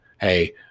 Hey